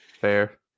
Fair